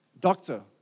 Doctor